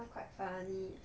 one quite funny